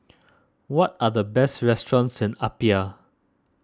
what are the best restaurants in Apia